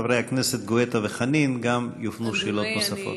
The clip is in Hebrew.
חברי הכנסת גואטה וחנין גם יפנו שאלות נוספות.